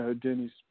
Dennis